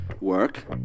work